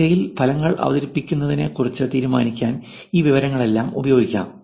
തിരയൽ ഫലങ്ങൾ അവതരിപ്പിക്കുന്നതിനെക്കുറിച്ച് തീരുമാനിക്കാൻ ഈ വിവരങ്ങളെല്ലാം ഉപയോഗിക്കാം